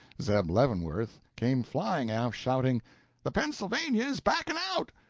zeb leavenworth, came flying aft, shouting the pennsylvania is backing out!